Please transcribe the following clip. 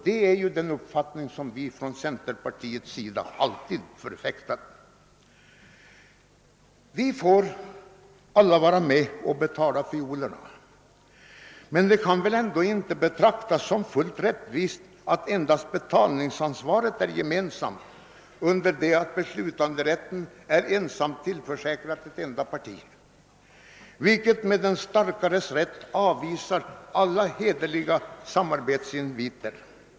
Det är en uppfattning som vi inom centerpartiet alltid förfäktat. Vi får alla vara med och betala fiolerna. Men det kan väl ändock inte betraktas som fullt rättvist att endast betalningsansvaret är gemensamt, under det att beslutanderätten är tillförsäkrad ett enda parti, vilket med den starkares rätt avvisar alla hederliga samarbetsinviter.